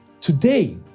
today